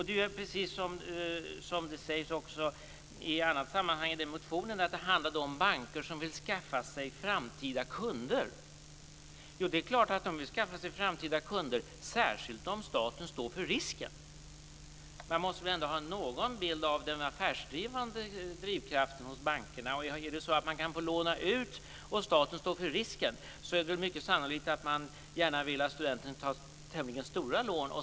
Det är precis som det sägs i ett annat sammanhang i en motion, att det handlar om banker som vill skaffa sig framtida kunder. Det är klart att de vill skaffa sig framtida kunder, särskilt om staten står för risken. Man måste väl ändå ha någon bild av den affärsmässiga drivkraften hos bankerna. Om man kan låna ut och staten står för risken är det mycket sannolikt att man gärna vill att studenten tar tämligen stora lån.